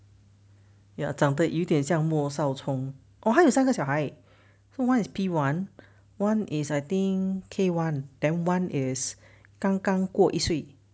ya 长得有点像莫少聪还有三个小孩 so one is P one one is I think K one then one is 刚刚过一岁